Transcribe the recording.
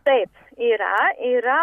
taip yra yra